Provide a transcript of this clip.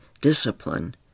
discipline